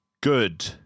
good